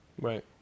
Right